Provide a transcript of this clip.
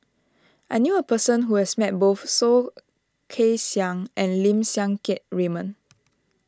I knew a person who has met both Soh Kay Siang and Lim Siang Keat Raymond